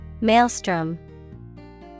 Maelstrom